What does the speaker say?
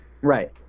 Right